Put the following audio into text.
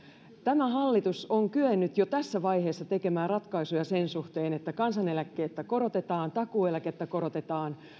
tämä hallitus on kyennyt jo tässä vaiheessa tekemään ratkaisuja sen suhteen että kansaneläkkeitä korotetaan takuueläkettä korotetaan